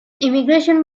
immigration